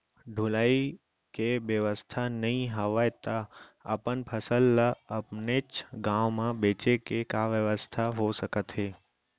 ढुलाई के बेवस्था नई हवय ता अपन फसल ला अपनेच गांव मा बेचे के का बेवस्था हो सकत हे?